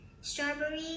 Strawberry